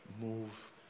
move